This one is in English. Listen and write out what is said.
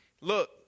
look